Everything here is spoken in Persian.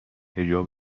حجاب